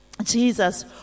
Jesus